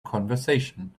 conversation